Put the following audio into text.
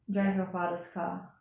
ya